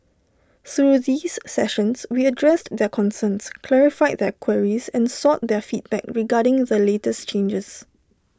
through these sessions we addressed their concerns clarified their queries and sought their feedback regarding the latest changes